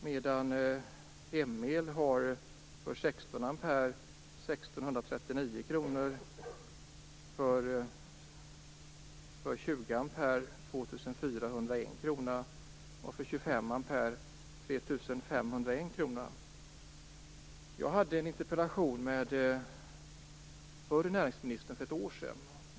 Hem-El har en kostnad för 16 ampere på Jag hade en interpellationsdebatt med den förre näringsministern för ett år sedan.